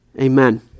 Amen